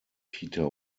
peter